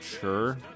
sure